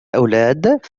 أولاد